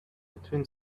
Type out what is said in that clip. between